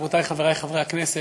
חברותי וחברי חברי הכנסת,